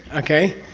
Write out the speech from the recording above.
okay?